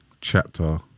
chapter